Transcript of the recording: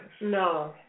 No